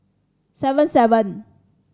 seven seven